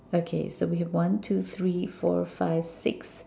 okay so we have one two three four five six